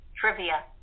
trivia